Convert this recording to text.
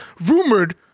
rumored